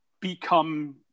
become